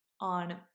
on